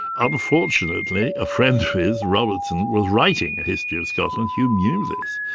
unfortunately, a friend of his, robertson, was writing a history of scotland hume knew this.